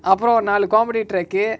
அப்ரோ நாலு:apro naalu comedy track uh